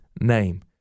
name